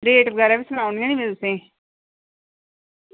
rate बगैरा बी सनाई ओड़ने ना में तुसें ई